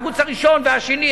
והערוץ הראשון והשני,